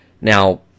Now